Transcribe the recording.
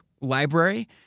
Library